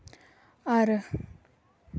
ᱟᱨ